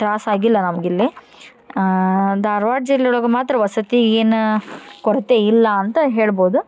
ತ್ರಾಸ ಆಗಿಲ್ಲ ನಮಗಿಲ್ಲಿ ಧಾರ್ವಾಡ ಜಿಲ್ಲೆ ಒಳಗು ಮಾತ್ರ ವಸತಿಗೇನು ಕೊರತೆ ಇಲ್ಲ ಅಂತ ಹೇಳ್ಬೊದು